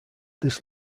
this